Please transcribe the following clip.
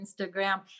Instagram